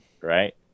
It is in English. right